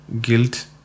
guilt